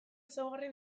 ezaugarri